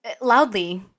loudly